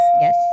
Yes